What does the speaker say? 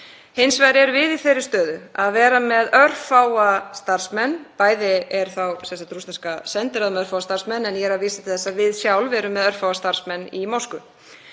Hins vegar erum við í þeirri stöðu að vera með örfáa starfsmenn. Bæði er rússneska sendiráðið með örfáa starfsmenn en ég er að vísa til þess að við sjálf erum með örfáa starfsmenn í Moskvu.